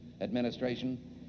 administration